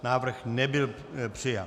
Návrh nebyl přijat.